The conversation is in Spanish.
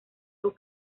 sus